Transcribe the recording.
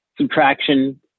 subtraction